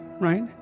right